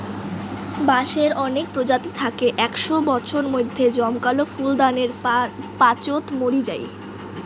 বাঁশের অনেক প্রজাতি থাকি একশও বছর মইধ্যে জমকালো ফুল দানের পাচোত মরি যাই